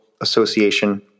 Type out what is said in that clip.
Association